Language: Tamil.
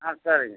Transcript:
ஆ சரிங்க